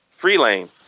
Freelane